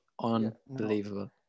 Unbelievable